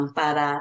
para